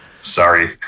Sorry